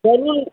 वरी